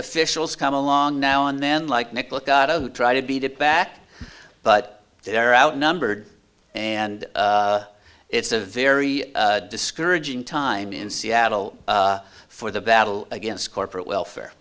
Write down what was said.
officials come along now and then like nicholas try to beat it back but they're outnumbered and it's a very discouraging time in seattle for the battle against corporate welfare